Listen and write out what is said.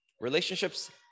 relationships